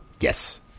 yes